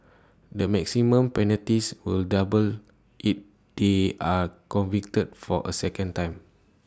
the maximum penalties will double if they are convicted for A second time